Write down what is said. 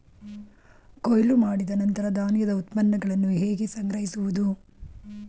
ಕೊಯ್ಲು ಮಾಡಿದ ನಂತರ ಧಾನ್ಯದ ಉತ್ಪನ್ನಗಳನ್ನು ಹೇಗೆ ಸಂಗ್ರಹಿಸುವುದು?